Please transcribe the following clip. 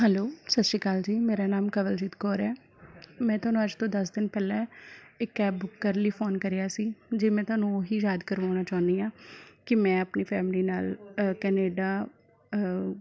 hello Sat Sri Akal ji ਮੇਰਾ ਨਾਮ ਕਵਲਜੀਤ ਕੌਰ ਹੈ ਮੈਂ ਤੁਹਾਨੂੰ ਅੱਜ ਤੋਂ ਦਸ ਦਿਨ ਪਹਿਲਾਂ ਇੱਕ ਕੈਬ ਬੁੱਕ ਕਰਨ ਲਈ ਫ਼ੋਨ ਕਰਿਆ ਸੀ ਜੀ ਮੈਂ ਤੁਹਾਨੂੰ ਉਹ ਹੀ ਯਾਦ ਕਰਵਾਉਣਾ ਚਾਹੁੰਦੀ ਹਾਂ ਕਿ ਮੈਂ ਆਪਣੀ ਫੈਮਿਲੀ ਨਾਲ਼ ਕੈਨੇਡਾ